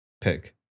pick